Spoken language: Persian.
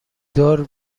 دار